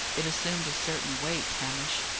it assumed a certain weight. hamish,